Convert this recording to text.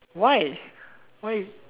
why why